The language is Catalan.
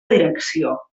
direcció